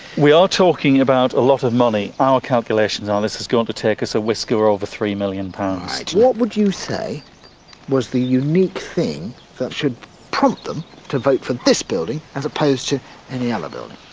we are talking about a lot of money. our calculations are, this is going to take us a whisker over three million pounds. what would you say was the unique thing that should prompt them to vote for this building, as opposed to any other building?